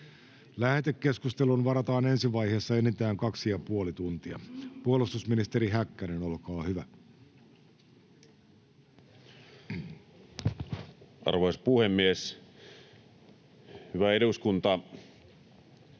Lähetekeskusteluun varataan ensi vaiheessa enintään kaksi ja puoli tuntia. — Puolustusministeri Häkkänen, olkaa hyvä. Arvoisa puhemies! Hyvä eduskunta!